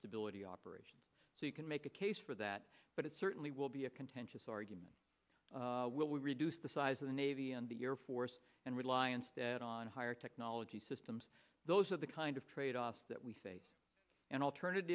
stability operations so you can make a case for that but it certainly will be a contentious argument will we reduce the size of the navy and the air force and reliance that on higher technology systems those are the kind of tradeoffs that we face an